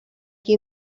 qui